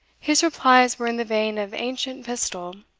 his replies were in the vein of ancient pistol